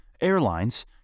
airlines